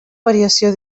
variació